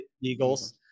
Eagles